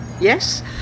Yes